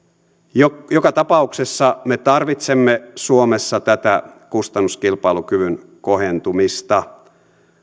joka joka tapauksessa me tarvitsemme suomessa tätä kustannuskilpailukyvyn kohentumista